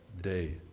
day